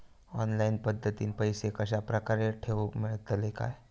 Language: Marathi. ऑनलाइन पद्धतीन पैसे कश्या प्रकारे ठेऊक मेळतले काय?